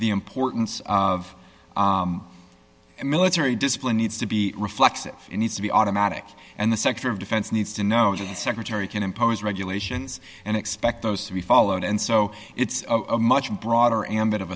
the importance of military discipline needs to be reflexive needs to be automatic and the sector of defense needs to know the secretary can impose regulations and expect those to be followed and so it's a much broader ambit of